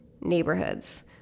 neighborhoods